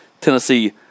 Tennessee